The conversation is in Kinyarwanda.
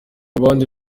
abandi